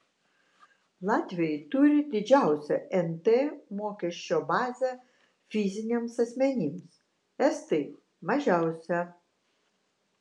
latviai turi didžiausią nt mokesčio bazę fiziniams asmenims estai mažiausią